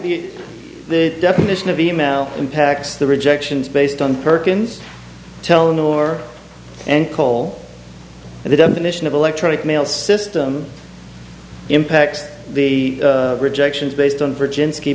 it the definition of email impacts the rejections based on perkins tone or and cole and the definition of electronic mail system impacts the rejections based on virgin ski